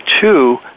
two